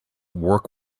work